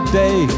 day